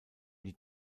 die